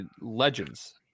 legends